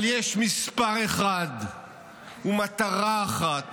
אבל יש מספר אחד ומטרה אחת